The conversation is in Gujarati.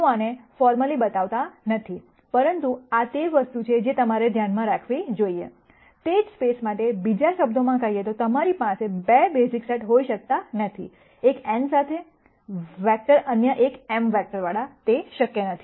હું આને ફોર્મલી બતાવવાની નથી પરંતુ આ તે વસ્તુ છે જે તમારે ધ્યાનમાં રાખવી જોઈએ તે જ સ્પેસ માટે બીજા શબ્દોમાં કહીએ તો તમારી પાસે 2 બેઝિક સેટ હોઈ શકતા નથી એક n સાથે વેક્ટર અન્ય એક m વેક્ટરવાળા તે શક્ય નથી